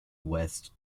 west